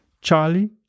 Charlie